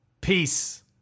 Peace